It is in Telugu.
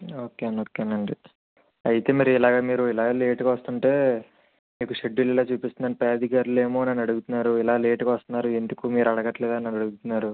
ఓకే అం ఓకే అండి అయితే మరి ఇలాగే మీరు ఇలా లేట్గా వస్తుంటే మీకు షెడ్యూల్లో చూపిస్తుంది అని పై అధికారులు ఏమో నన్ను అడుగుతున్నారు ఇలా లేటుగా వస్తున్నారు ఎందుకు మీరు అడగట్లేదా అని నన్ను అడుగుతున్నారు